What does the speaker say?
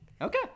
Okay